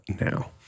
now